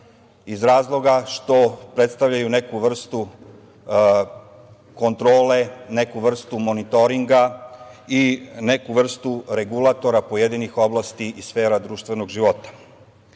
iz razloga što predstavljaju neku vrstu kontrole, neku vrstu monitoringa i neku vrstu regulatora pojedinih oblasti iz sfera društvenog života.